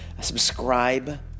Subscribe